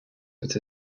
that